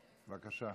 בבקשה.